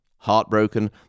Heartbroken